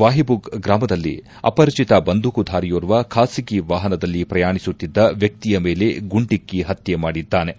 ವಾಹಿಬುಗ್ ಗ್ರಾಮದಲ್ಲಿ ಅಪರಿಚಿತ ಬಂದೂಕುದಾರಿಯೋರ್ವ ಬಾಸಗಿ ವಾಹನದಲ್ಲಿ ಪ್ರಯಾಣಿಸುತ್ತಿದ್ದ ವ್ಯಕ್ತಿಯ ಮೇಲೆ ಗುಂಡಿಕ್ಕ ಪತ್ಯ ಮಾಡಿದ್ದಾನೆ